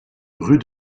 rue